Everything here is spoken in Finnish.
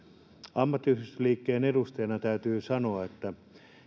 ammattiyhdistysliikkeen edustajana täytyy sanoa että